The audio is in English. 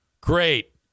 Great